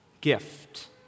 gift